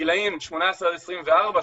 בגילאים 18 עד 24,